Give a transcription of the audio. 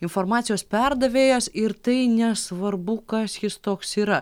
informacijos perdavėjas ir tai nesvarbu kas jis toks yra